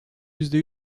yüzde